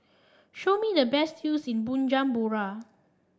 show me the best in Bujumbura